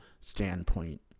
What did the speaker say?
standpoint